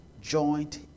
joint